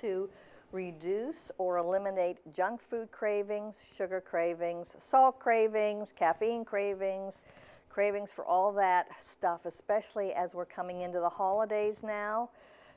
to reduce or eliminate junk food cravings sugar cravings saw cravings caffeine cravings cravings for all that stuff especially as we're coming into the holidays now